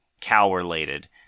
cow-related